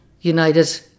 United